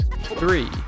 three